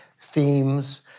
themes